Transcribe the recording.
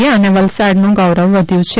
એ અને વલસાડનું ગૌરવ વધ્યું છે